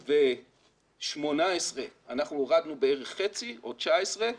2018 אנחנו הורדנו בערך חצי, או עד 2019,